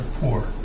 poor